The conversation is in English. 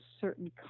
certain